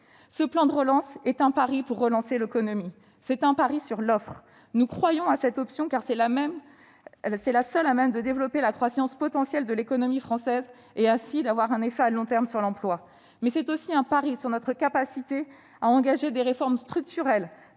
Ce plan de relance est un pari pour relancer l'économie ; c'est un pari sur l'offre. Nous croyons à cette option, car c'est la seule à même de développer la croissance potentielle de l'économie française et ainsi d'avoir un effet à long terme sur l'emploi. Mais c'est aussi un pari sur notre capacité à engager des réformes structurelles